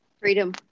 Freedom